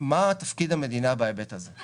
מה תפקיד המדינה בהיבט הזה?